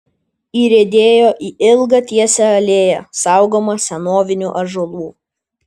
įriedėjo į ilgą tiesią alėją saugomą senovinių ąžuolų